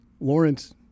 Lawrence